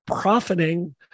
profiting